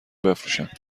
بفروشن